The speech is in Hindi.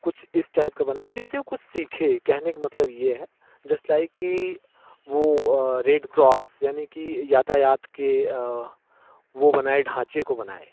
कुछ इस टाइप का बनाए जिससे कुछ सीखे कहने का मतलब यह है जस्ट लाइक कि वह रेड क्रॉस यानि कि यातायात के वह बनाए ढाँचे को बनाए